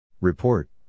Report